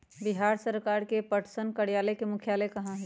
बिहार सरकार के पटसन कार्यालय के मुख्यालय कहाँ हई?